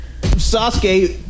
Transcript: sasuke